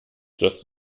just